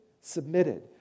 submitted